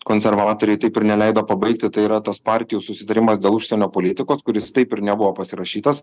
konservatoriai taip ir neleido pabaigti tai yra tas partijų susitarimas dėl užsienio politikos kuris taip ir nebuvo pasirašytas